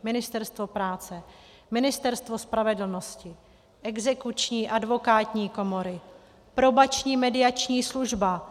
Ministerstvo práce, Ministerstvo spravedlnosti, exekuční, advokátní komory, Probační a mediační služba.